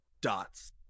dots